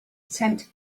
attempt